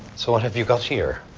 so what have you got here?